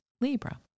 Libra